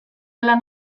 lan